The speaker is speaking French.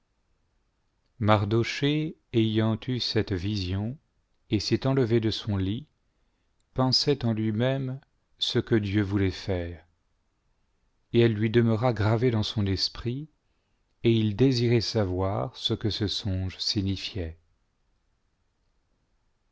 mardochéfc wyant eu ceue vision et s'étaut levé do son lit pensait en luimême ce que dieu voulait faire et elle lui demeura gravée dans son esprit et il désirait savoir ce que ce songe signitiait